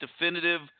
definitive